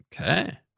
Okay